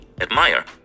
admire